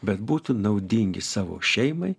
bet būtų naudingi savo šeimai